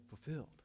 fulfilled